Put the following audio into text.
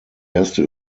erste